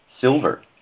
silver